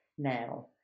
now